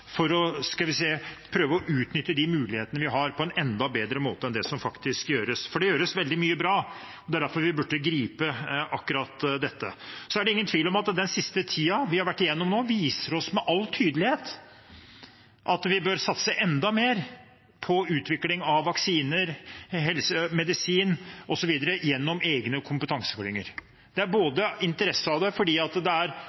for å prøve å utnytte de mulighetene vi har på en enda bedre måte enn det som faktisk gjøres – for det gjøres veldig mye bra. Det er derfor vi burde gripe akkurat dette. Det er ingen tvil om at den siste tiden vi har vært igjennom, viser oss med all tydelighet at vi bør satse enda mer på utvikling av vaksiner, medisin osv. gjennom egne kompetanseklynger. Det er av interesse fordi det er